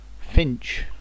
Finch